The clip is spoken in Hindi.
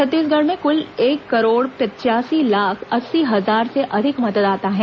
छत्तीसगढ़ में कुल एक करोड़ पचयासी लाख अस्सी हजार से अधिक मतदाता हैं